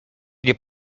nie